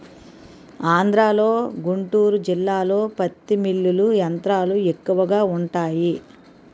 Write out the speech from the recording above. ఆంధ్రలో గుంటూరు జిల్లాలో పత్తి మిల్లులు యంత్రాలు ఎక్కువగా వుంటాయి